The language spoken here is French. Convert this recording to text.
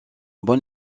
bon